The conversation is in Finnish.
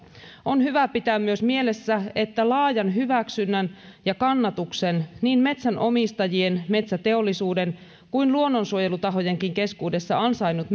on hyvä pitää myös mielessä että laajan hyväksynnän ja kannatuksen niin metsänomistajien metsäteollisuuden kuin luonnonsuojelutahojenkin keskuudessa ansainnut